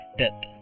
death